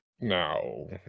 No